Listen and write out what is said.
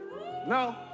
no